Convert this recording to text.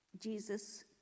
Jesus